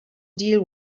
deal